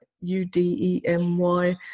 U-D-E-M-Y